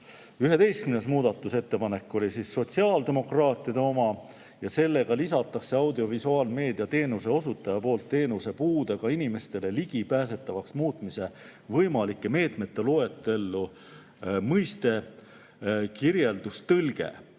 kuulda. 11. muudatusettepanek oli sotsiaaldemokraatide oma ja sellega lisatakse audiovisuaalmeedia teenuse osutaja poolt teenuse puudega inimestele ligipääsetavaks muutmise võimalike meetmete loetellu mõiste "kirjeldustõlge",